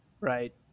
Right